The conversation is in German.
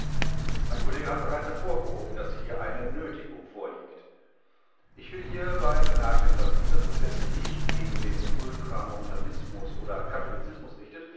mein kollege hat bereits hervorgehoben daß hier eine nötigung vorliegt ich will hierbei bemerken daß dieser prozeß sich nicht gegen den ultramontanismus oder katholizismus richtet